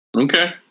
Okay